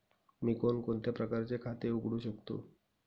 मी कोणकोणत्या प्रकारचे खाते उघडू शकतो?